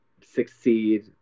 succeed